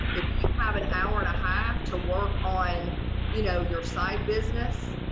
if you have an hour and a half to work on you know your side business,